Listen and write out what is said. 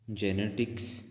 genetics